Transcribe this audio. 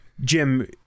Jim